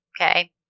okay